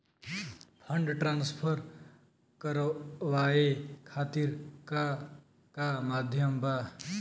Fund transfer करवाये खातीर का का माध्यम बा?